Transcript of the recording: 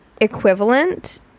equivalent